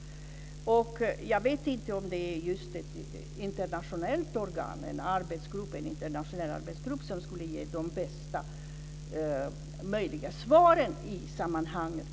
Jag vet inte om det är just ett internationellt organ, en internationell arbetsgrupp, som skulle ge de bästa möjliga svaren i sammanhanget.